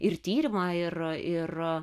ir tyrimą ir ir